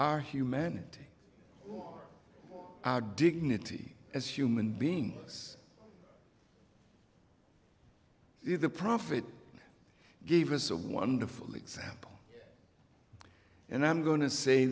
our humanity our dignity as human beings us the prophet gave us a wonderful example and i'm going to say